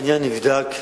העניין נבדק,